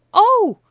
oh!